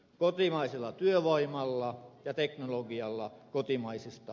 kotimaisella työvoimalla ja teknologialla kotimaisista